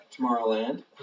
Tomorrowland